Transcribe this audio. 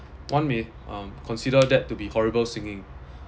one may um consider that to be horrible singing